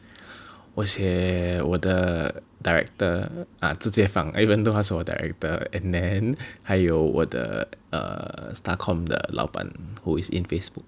我写我的 director ah 直接放 even though 他是我 director and then 还有我的 err STACOM 的老板 who is in Facebook